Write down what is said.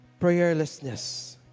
prayerlessness